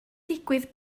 digwydd